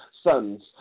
sons